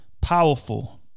Powerful